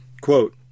Quote